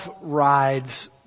rides